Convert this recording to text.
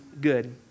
good